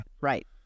Right